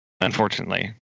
unfortunately